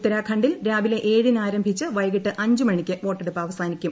ഉത്തരാഖണ്ഡിൽ രാവിലെ ഏഴിന് ആരംഭിച്ച് വൈകിട്ട് അഞ്ചുമണിക്ക് വോട്ടെടുപ്പ് അവസാനിക്കും